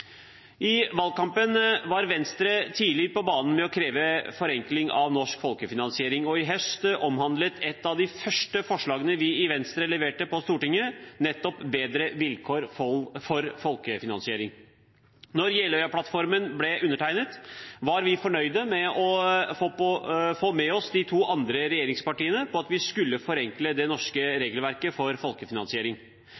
I valgkampen var Venstre tidlig på banen med å kreve forenkling av norsk folkefinansiering, og i høst omhandlet et av de første forslagene vi i Venstre leverte på Stortinget, nettopp bedre vilkår for folkefinansiering. Da Jeløya-plattformen ble undertegnet, var vi fornøyde med å få med oss de to andre regjeringspartiene på at vi skulle forenkle det norske